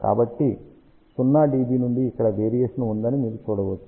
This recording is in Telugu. కాబట్టి 0 dB నుండి ఇక్కడ వేరియేషన్ ఉందని మీరు చూడవచ్చు